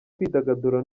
kwidagadura